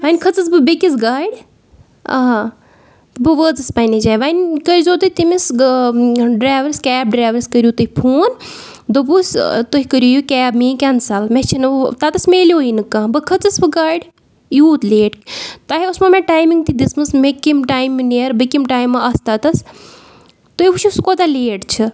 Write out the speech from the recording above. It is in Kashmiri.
وۄنۍ کھٔژٕس بہٕ بیٚیِکِس گاڑِ بہٕ وٲژٕس پنٛنہِ جاے وۄنۍ کٔرۍ زیو تُہۍ تٔمِس ڈرٛیورَس کیب ڈرٛیورَس کٔرِو تُہۍ فون دوٚپُس تُہۍ کٔرِو یہِ کیب میٛٲنۍ کینسَل مےٚ چھِنہٕ ہُہ تَتَس میلیوُے نہٕ کانٛہہ بہٕ کھٔژٕس وٕ گاڑِ یوٗت لیٹ تۄہہِ اوسمو مےٚ ٹایمِنٛگ تہِ دِژمٕژ مےٚ کیٚم ٹایمہٕ نیر بہٕ کیٚم ٹایمہٕ آسہٕ تَتَس تُہۍ وٕچھو سُہ کوٗتاہ لیٹ چھِ